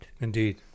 Indeed